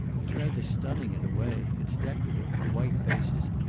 it's rather stunning, in a way. it's decorative the white faces,